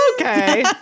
okay